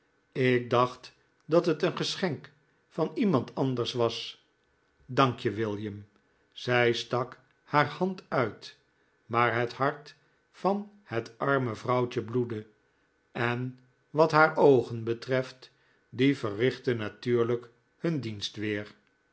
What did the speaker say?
ik dacht dat het een geschenk van iemand anders was dank je william zij stak haar hand uit maar het hart van het arme vrouwtje bloedde en wat haar oogen betreft die verrichtten natuurlijk hun dienst weer